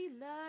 love